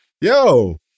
Yo